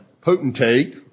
potentate